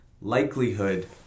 likelihood